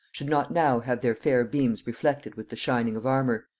should not now have their fair beams reflected with the shining of armour,